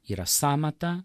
yra sąmata